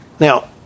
Now